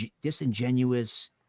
disingenuous